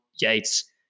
Yates